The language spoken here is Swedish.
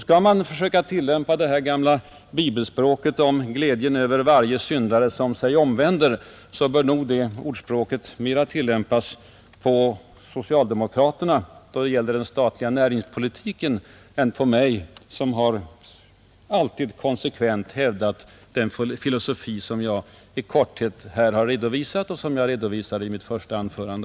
Skall man försöka tillämpa det gamla bibelspråket om glädjen över varje syndare som sig omvänder, bör det nog passa bättre på socialdemokraterna i fråga om den statliga näringspolitiken än på mig, som alltid konsekvent har hävdat den filosofi som jag nu i korthet har redovisat och som jag också redovisade i mitt första anförande.